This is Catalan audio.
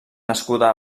nascuda